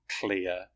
clear